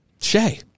Shay